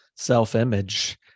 self-image